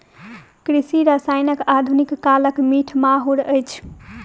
कृषि रसायन आधुनिक कालक मीठ माहुर अछि